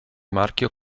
marchio